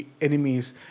enemies